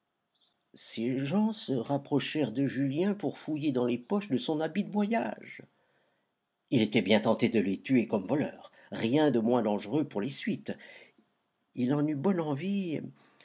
ces gens se rapprochèrent de julien pour fouiller dans les poches de son habit de voyage il était bien tenté de les tuer comme voleurs rien de moins dangereux pour les suites il en eut bonne envie